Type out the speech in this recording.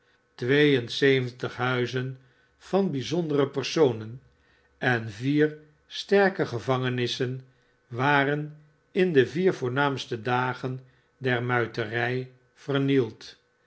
zeventig huizen van bijzondere personen en vier sterke evangenissen waren in de vier voornaamste dagen der muiterij vernield